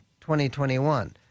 2021